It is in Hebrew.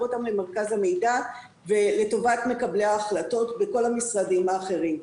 אותם למרכז המידע ולטובת מקבלי ההחלטות בכל המשרדים האחרים.